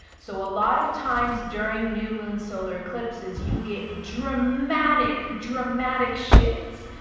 so a lot of times during new moon, solar eclipses, you get dramatic, dramatic shifts,